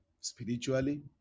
spiritually